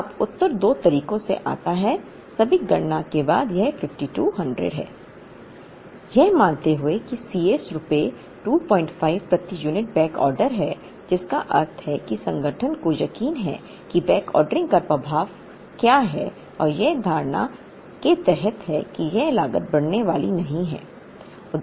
अब उत्तर दो तरीकों से आता है सभी गणना के बाद यह 5200 है यह मानते हुए कि Cs रुपये 25 प्रति यूनिट बैकऑर्डर है जिसका अर्थ है कि संगठन को यकीन है कि बैकऑर्डरिंग का प्रभाव क्या है यह इस धारणा के तहत है कि यह लागत बढ़ने वाली नहीं है